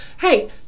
hey